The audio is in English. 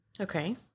Okay